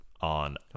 on